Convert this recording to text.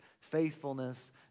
faithfulness